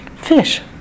fish